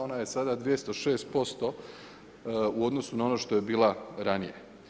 Ona je sada 206% u odnosu na ono što je bila ranije.